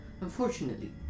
Unfortunately